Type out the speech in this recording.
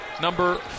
Number